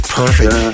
perfect